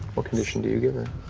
what condition do you give her?